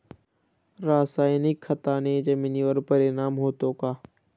रासायनिक खताने जमिनीवर परिणाम होतो का?